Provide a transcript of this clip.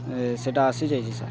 ସେଇଟା ଅସିଯାଇଛି ସାର୍